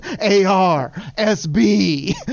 A-R-S-B